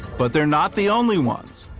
but they're not the only ones.